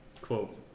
quote